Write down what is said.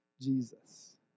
Jesus